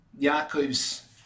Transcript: Yaakov's